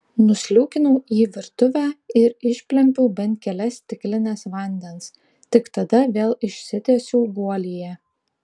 nusliūkinau į virtuvę ir išplempiau bent kelias stiklines vandens tik tada vėl išsitiesiau guolyje